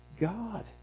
God